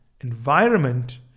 environment